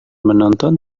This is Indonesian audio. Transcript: menonton